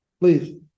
please